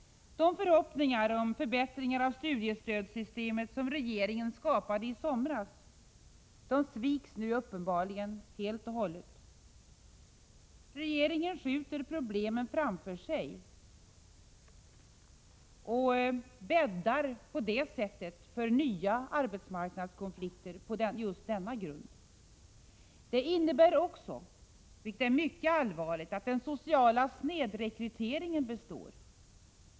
De förhoppningar om förbättringar av studiestödssystemet som regeringen skapade i somras sviks nu uppenbarligen helt och hållet. Regeringen skjuter problemen framför sig och bäddar på det sättet för nya arbetsmarknadskonflikter på just denna grund. Det innebär också, vilket är mycket allvarligt, att den sociala snedrekryteringen består.